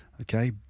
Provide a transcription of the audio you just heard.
Okay